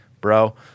bro